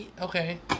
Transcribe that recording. okay